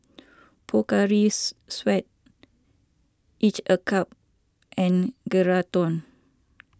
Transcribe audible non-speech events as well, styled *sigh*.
Pocari *unintelligible* Sweat Each A Cup and Geraldton